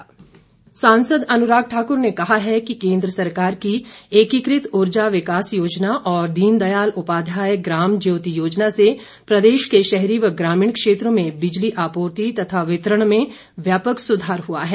अनुराग सांसद अनुराग ठाकुर ने कहा है कि केन्द्र सरकार की एकीकृत ऊर्जा विकास योजना और दीनदयाल उपाध्याय ग्राम ज्योति योजना से प्रदेश के शहरी व ग्रामीण क्षेत्रों में बिजली आपूर्ति तथा वितरण में व्यापक सुधार हुआ है